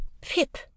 Pip